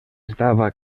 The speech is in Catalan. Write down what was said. estava